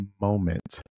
moment